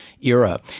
era